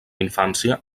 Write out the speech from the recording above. infància